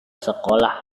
sekolah